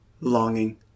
Longing